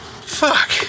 Fuck